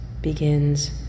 begins